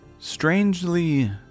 Strangely